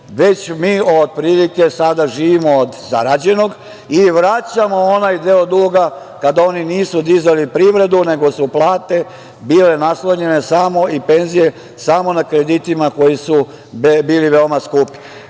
već otprilike sada živimo od zarađenog i vraćamo onaj deo duga kada oni nisu dizali privredu nego su plate i penzije bile naslonjene samo na kreditima koji su bili veoma skupi. Mi